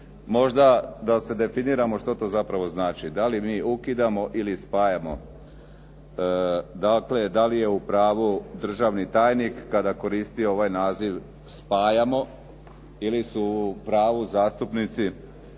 Možda da se definiramo što to zapravo znači. Da li mi ukidamo ili spajamo? Dakle, da li u pravu državni tajnik kada koristi ovaj naziv spajamo ili su u pravu zastupnici